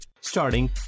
Starting